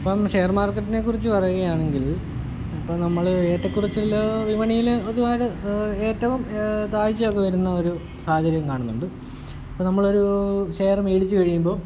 ഇപ്പം ഷെയർ മാർക്കെറ്റിനെക്കുറിച്ച് പറയുകയാണെങ്കിൽ ഇപ്പം നമ്മൾ ഏറ്റക്കുറച്ചിൽ വിപണിയിൽ ഒരുപാട് ഏറ്റവും തഴ്ച്ചയൊക്കെ വരുന്ന ഒരു സാഹചര്യം കാണുന്നുണ്ട് ഇപ്പം നമ്മളൊരു ഷെയർ മേടിച്ച് കഴിയുമ്പോൾ